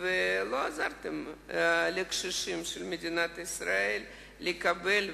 ולא עזרתם לקשישים של מדינת ישראל לקבל,